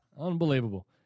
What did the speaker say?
Unbelievable